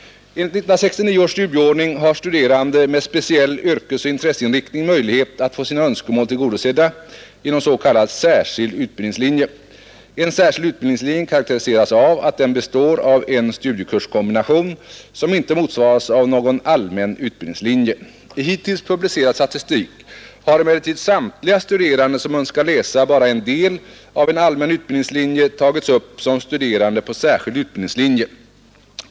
Enligt 1969 års studieordning har studerande med speciell yrkeseller intresseinriktning möjlighet att få sina önskemål tillgodosedda genom s.k. särskild utbildningslinje. En särskild utbildningslinje karakteriseras av att den består av en studiekurskombination som inte motsvaras av någon allmän utbildningslinje. I hittills publicerad statistik har emellertid samtliga studerande som önskar läsa bara en del av en allmän utbildningslinje tagits upp som studerande på särskild utbildningslinje.